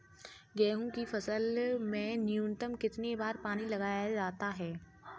गेहूँ की फसल में न्यूनतम कितने बार पानी लगाया जाता है?